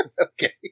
Okay